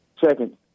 Second